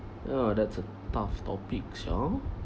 oh that's a tough topic sia